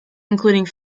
including